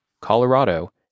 Colorado